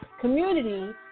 community